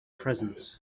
presence